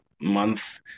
month